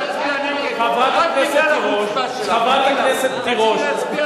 חברת הכנסת תירוש ציטטה